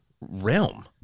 realm